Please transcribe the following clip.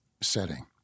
setting